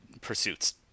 pursuits